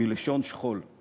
מלשון שְׁכוֹל.